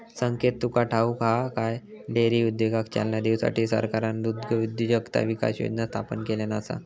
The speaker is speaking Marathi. संकेत तुका ठाऊक हा काय, डेअरी उद्योगाक चालना देऊसाठी सरकारना दुग्धउद्योजकता विकास योजना स्थापन केल्यान आसा